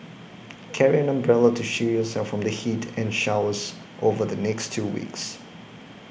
carry an umbrella to shield yourself from the heat and showers over the next two weeks